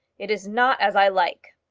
it is not as i like.